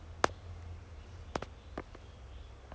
it's ya lah that's why it's so uncertain ah then